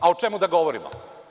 A o čemu da govorimo?